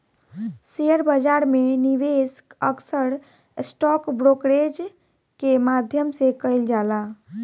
share बाजार में निवेश अक्सर स्टॉक ब्रोकरेज के माध्यम से कईल जाला